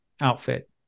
outfit